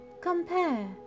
compare